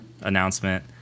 announcement